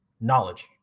knowledge